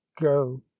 go